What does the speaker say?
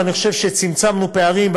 ואני חושב שצמצמנו פערים,